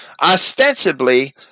ostensibly